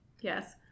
Yes